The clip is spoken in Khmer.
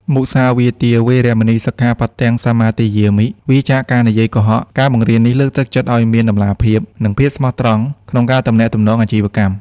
មុសាវាទា វេរមណី សិក្ខាបទំ សមាទិយាមិ វៀរចាកការនិយាយកុហក ការបង្រៀននេះលើកទឹកចិត្តឱ្យមានតម្លាភាព និងភាពស្មោះត្រង់ក្នុងការទំនាក់ទំនងអាជីវកម្ម។